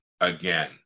again